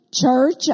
Church